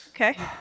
Okay